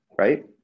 right